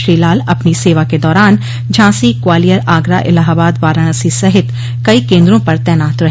श्री लाल अपनी सेवा के दौरान झांसी ग्वालियर आगरा इलाहाबाद वाराणसी सहित कई केन्द्रों पर तैनात रहे